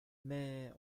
mais